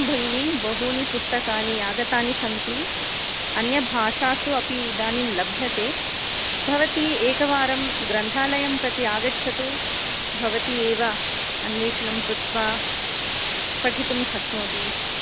आं भगिनी बहूनि पुस्तकानि आगतानि सन्ति अन्यभाषासु अपि इदानीं लभ्यते भवती एकवारं ग्रन्थालयं प्रति आगच्छतु भवती एव अन्वेषणं कृत्वा पठितुं शक्नोति